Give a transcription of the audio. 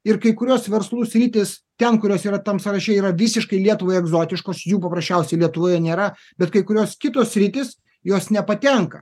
ir kai kurios verslų sritys ten kurios yra tam sąraše yra visiškai lietuvai egzotiškos jų paprasčiausiai lietuvoje nėra bet kai kurios kitos sritys jos nepatenka